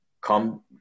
Come